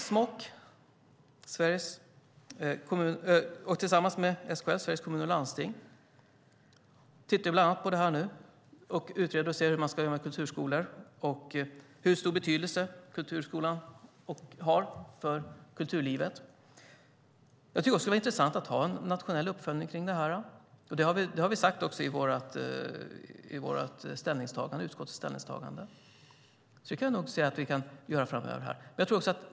SMOK tillsammans med SKL, Sveriges Kommuner och Landsting, tittar bland annat på detta nu och utreder för att ta reda på vad man ska göra när det gäller kulturskolor och hur stor betydelse kulturskolan har för kulturlivet. Det skulle vara intressant att ha en nationell uppföljning av detta. Det har vi också sagt i vårt ställningstagande i betänkandet. Så det kan vi nog göra framöver.